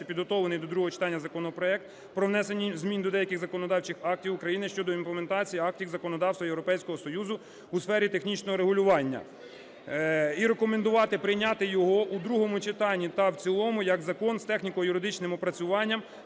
підготовлений до другого читання законопроект про внесення змін до деяких законодавчих актів України щодо імплементації актів законодавства Європейського Союзу у сфері технічного регулювання і рекомендувати прийняти його у другому читанні та в цілому як закон з техніко-юридичним опрацюванням